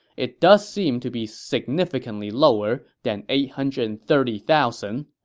it does seem to be significantly lower than eight hundred and thirty thousand.